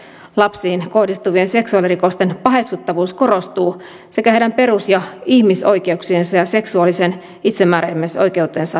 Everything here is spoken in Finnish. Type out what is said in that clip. lapsiin kohdistuvien seksuaalirikosten paheksuttavuus korostuu sekä heidän perus ja ihmisoikeuksiensa ja seksuaalisen itsemääräämisoikeutensa suojansa paranee